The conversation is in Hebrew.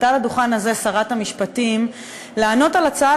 עלתה לדוכן הזה שרת המשפטים לענות על הצעה